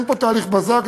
אין פה תהליך בזק,